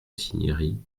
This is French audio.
cinieri